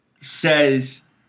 says